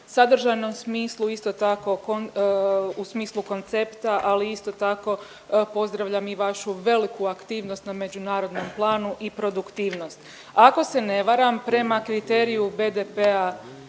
sadržajnom smislu isto tako u smislu koncepta, ali isto tako pozdravljam i vašu veliku aktivnost na međunarodnom planu i produktivnost. Ako se ne varam prema kriteriju BDP-a